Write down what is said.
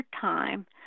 time